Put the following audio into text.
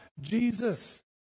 Jesus